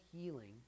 healing